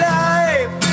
life